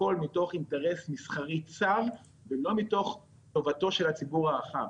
הכול מתוך אינטרס מסחרי צר ולא מתוך חובתו של הציבור הרחב.